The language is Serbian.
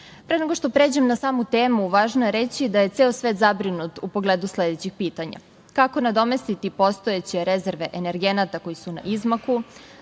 nego što pređem na samu temu, važno je reći da je ceo svet zabrinut u pogledu sledećih pitanja – kako nadomestiti postojeće rezerve energenata koji su na izmaku,